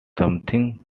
something